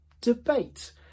debate